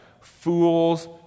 Fools